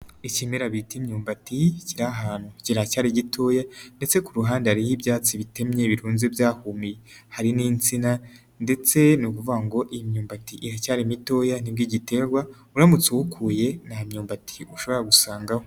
Ikimera bita imyumbati cyiri ahantu, kiracyari gitoya ndetse ku ruhande hariho ibyatsi bitemye birunze byahumiye, hari n'insina ndetse n'ukuvango imyumbati iracyari mitoya nibwo igiterwa, uramutse uwukuye nta myumbati ushobora gusangaho.